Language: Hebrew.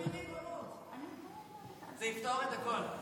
צריך להחיל את הריבונות, זה יפתור את הכול.